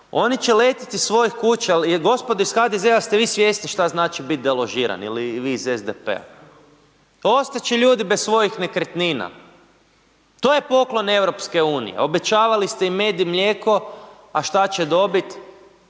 oni će letit iz svojih kuća. Gospodo iz HDZ ste vi svjesni šta znači biti deložiran ili vi iz SDP-a, ostat će ljudi bez svojih nekretnina. To je poklon EU, obećavali ste im med i mlijeko, a što će dobit?